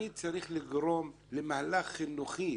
אני צריך לגרום למהלך אנוכי,